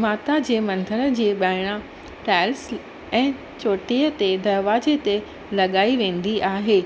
माता जे मंदर जी ॿाहिरां टाइल्स ऐं चोटीअ ते दरवाजे ते लॻाई वेंदी आहे